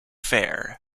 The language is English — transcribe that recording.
fair